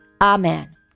Amen